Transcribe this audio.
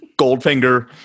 Goldfinger